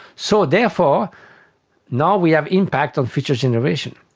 so therefore now we have impact on future generations.